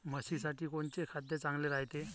म्हशीसाठी कोनचे खाद्य चांगलं रायते?